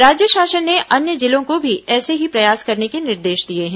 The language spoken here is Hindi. राज्य शासन ने अन्य जिलों को भी ऐसे ही प्रयास करने के निर्देश दिए हैं